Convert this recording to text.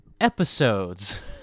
episodes